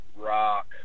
rock